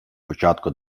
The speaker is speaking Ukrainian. початку